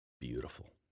beautiful